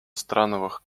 страновых